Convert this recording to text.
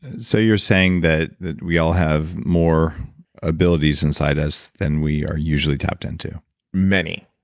and so you're saying that that we all have more abilities inside us than we are usually tapped into many.